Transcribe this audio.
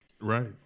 Right